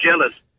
jealous